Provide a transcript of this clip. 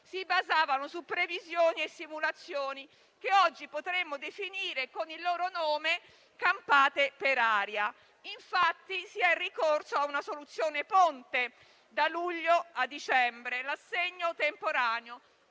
si basavano su previsioni e simulazioni che oggi potremmo definire con il loro nome, e cioè campate per aria. Infatti, si è ricorso a una soluzione ponte, da luglio a dicembre: l'assegno temporaneo.